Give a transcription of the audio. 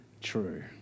true